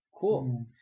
Cool